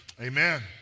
amen